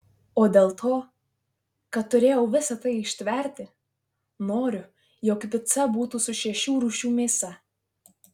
o dėl to kad turėjau visa tai ištverti noriu jog pica būtų su šešių rūšių mėsa